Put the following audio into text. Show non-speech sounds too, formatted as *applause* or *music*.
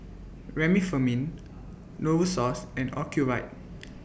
Remifemin Novosource and Ocuvite *noise*